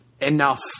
enough